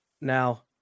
Now